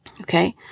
Okay